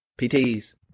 PTs